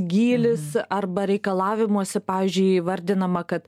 gylis arba reikalavimuose pavyzdžiui įvardinama kad